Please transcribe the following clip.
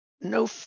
No